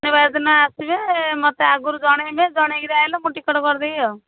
ଶନିବାର ଦିନ ଆସିବେ ମୋତେ ଆଗରୁ ଜଣେଇବେ ଜଣେଇକିରି ଆସିଲେ ମୁଁ ଟିକେଟ୍ କରିଦେବି ଆଉ